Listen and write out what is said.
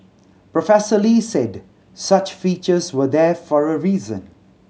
Professor Lee said such features were there for a reason